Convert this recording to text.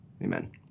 Amen